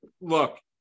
Look